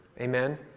Amen